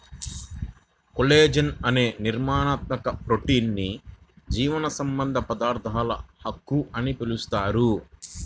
collagen అనే నిర్మాణాత్మక protein ని జీవసంబంధ పదార్థాల ఉక్కు అని పిలుస్తారు